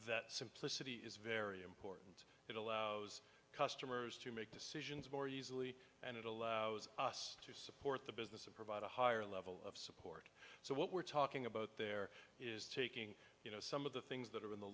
that simplicity is very important it allows customers to make decisions more easily and it allows us to support the business of provide a higher level of care so what we're talking about there is taking you know some of the things that are in the